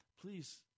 Please